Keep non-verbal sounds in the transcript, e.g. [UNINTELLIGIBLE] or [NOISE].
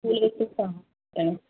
[UNINTELLIGIBLE]